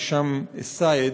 הישאם א-סייד.